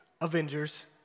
Avengers